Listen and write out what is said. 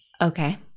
Okay